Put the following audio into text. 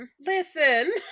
Listen